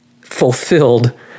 fulfilled